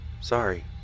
Sorry